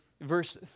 verse